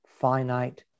finite